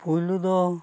ᱯᱩᱭᱞᱩ ᱫᱚ